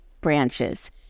branches